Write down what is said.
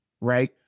right